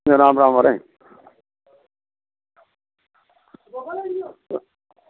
Ram Ram Maharaj